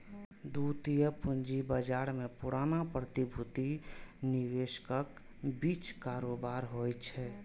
द्वितीयक पूंजी बाजार मे पुरना प्रतिभूतिक निवेशकक बीच कारोबार होइ छै